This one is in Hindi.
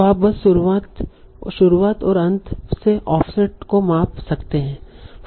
तो आप बस शुरुआत और अंत से ऑफसेट को माप सकते हैं